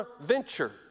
venture